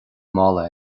mála